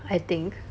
I think